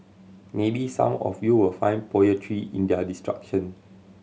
maybe some of you will find poetry in their destruction